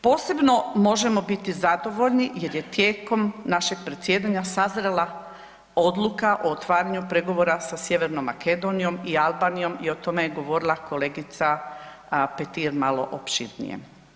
Posebno možemo biti zadovoljni jer je tijekom našeg predsjedanja sazrela odluka o otvaranju pregovora sa Sjevernom Makedonijom i Albanijom i o tome je govorila kolegica Petir malo opširnije.